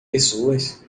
pessoas